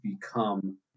become